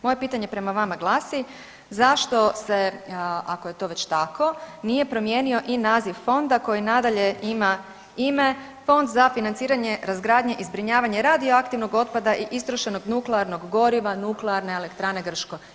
Moje pitanje prema vama glasi zašto se, ako je to već tako, nije promijenio i naziv fonda koji i nadalje ima ime Fond za financiranje, razgradnje i zbrinjavanje radioaktivnog otpada i istrošenog nuklearnog goriva Nuklearne elektrane Krško?